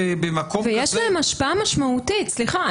ויש להם השפעה משמעותית, סליחה.